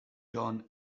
john